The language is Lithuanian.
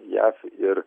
jav ir